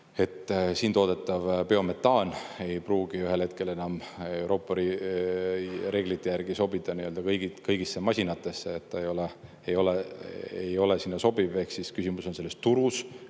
siin toodetav biometaan ei pruugi ühel hetkel enam Euroopa reeglite järgi sobida kõigisse masinatesse, ta ei ole sinna sobiv, ehk siis küsimus on selles turus,